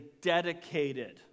dedicated